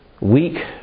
weak